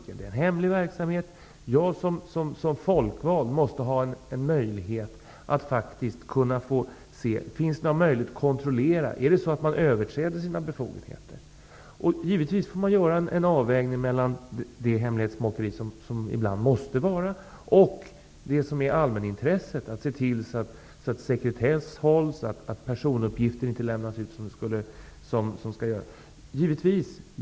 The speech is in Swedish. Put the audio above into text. Det rör sig om en hemlig verksamhet. Men jag måste som folkvald ha möjlighet till kontroll av om befogenheter överträds. Man får göra en avvägning mellan det hemlighetsmakeri som ibland är nödvändigt, och allmänintresset, att tillse att sekretess respekteras och att personuppgifter inte lämnas ut om så inte skall ske.